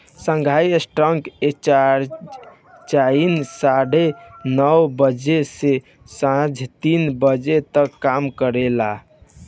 Shanghai stock exchange China साढ़े नौ बजे से सांझ तीन बजे तक काम करेला